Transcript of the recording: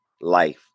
life